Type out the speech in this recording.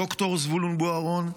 ד"ר זבולון בוארון,